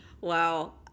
Wow